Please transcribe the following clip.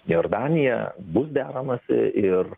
jordanija bus deramasi ir